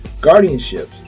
Guardianships